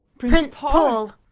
prince paul!